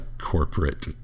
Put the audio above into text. corporate